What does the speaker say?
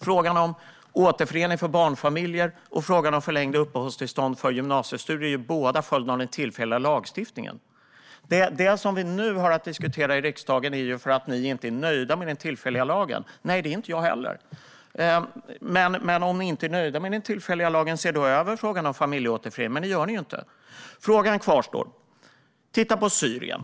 Frågan om återförening för barnfamiljer och frågan om förlängda uppehållstillstånd för gymnasiestudier är båda följder av den tillfälliga lagstiftningen. Det som vi nu har att diskutera i riksdagen är en följd av att ni inte är nöjda med den tillfälliga lagen. Nej, det är inte jag heller. Om ni inte är nöjda med den tillfälliga lagen, se då över frågan om familjeåterförening! Men det gör ni inte. Frågan kvarstår. Titta på Syrien!